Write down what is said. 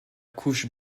couche